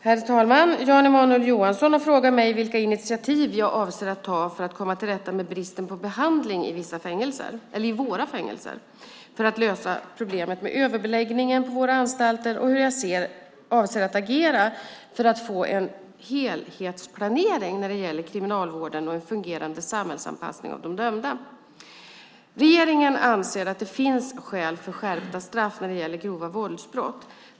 Herr talman! Jan Emanuel Johansson har frågat mig vilka initiativ jag avser att ta för att komma till rätta med bristen på behandling i våra fängelser, för att lösa problemet med överbeläggningen på våra anstalter och hur jag avser att agera för att få till en helhetsplanering gällande kriminalvården och en fungerande samhällsanpassning av de dömda. Regeringen anser att det finns skäl för skärpta straff när det gäller grova våldsbrott.